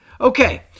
okay